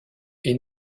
est